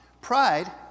Pride